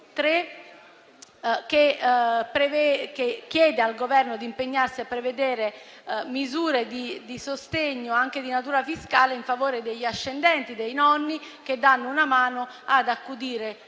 che chiede al Governo di impegnarsi a prevedere misure di sostegno, anche di natura fiscale, in favore degli ascendenti (dei nonni) che danno una mano ad accudire i nipoti